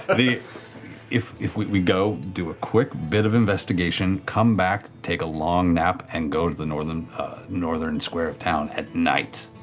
if if we go do a quick bit of investigation, come back, take a long nap, and go to the northern northern square of town at night.